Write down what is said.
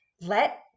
let